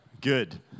Good